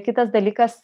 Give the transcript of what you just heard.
kitas dalykas